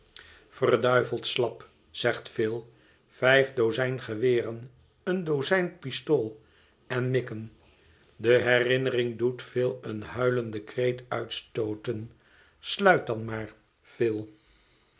verduiveld slap zegt phil vijf dozijn geweer een dozijn pistool en mikken de herinnering doet phil een huilenden kreet uitstooten sluit dan maar phil